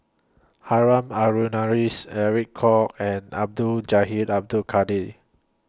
Harun Aminurrashid Alec Kuok and Abdul Jahil Abdul Kadir